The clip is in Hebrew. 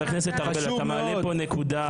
חבר הכנסת ארבל, אתה מעלה פה נקודה.